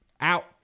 out